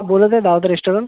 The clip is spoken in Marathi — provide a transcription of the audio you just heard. बोलत आहे दावत रेस्टोरंट